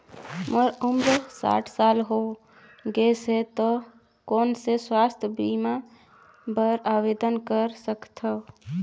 मोर उम्र साठ साल हो गे से त कौन मैं स्वास्थ बीमा बर आवेदन कर सकथव?